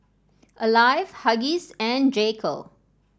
Alive Huggies and J Co